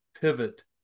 pivot